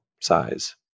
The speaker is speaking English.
size